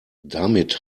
damit